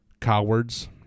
cowards